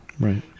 Right